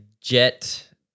Jet